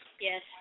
Yes